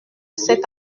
cet